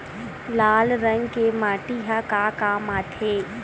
लाल रंग के माटी ह का काम आथे?